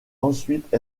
ensuite